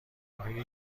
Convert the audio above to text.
آیا